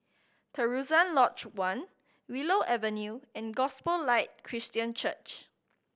Terusan Lodge One Willow Avenue and Gospel Light Christian Church